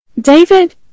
David